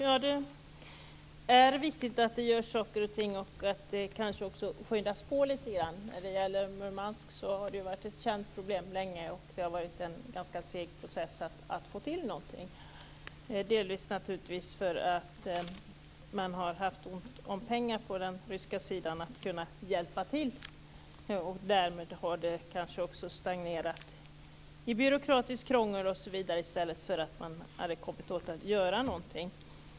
Herr talman! Det är viktigt att det görs saker och ting och att det kanske också skyndas på lite grann. När det gäller Murmansk har det varit ett känt problem länge, och det har varit en ganska seg process att få till någonting, delvis naturligtvis därför att man haft ont om pengar på den ryska sidan för att kunna hjälpa till. Därmed har det kanske stagnerat i byråkratiskt krångel osv. i stället för att kunna göra någonting.